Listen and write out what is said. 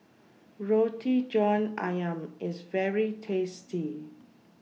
Roti John Ayam IS very tasty